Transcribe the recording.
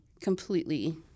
completely